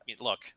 look